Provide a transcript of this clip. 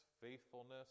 faithfulness